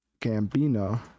Gambino